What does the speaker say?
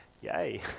Yay